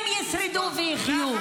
אם ישרדו ויחיו.